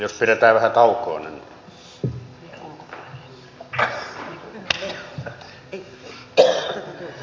arvoisa rouva puhemies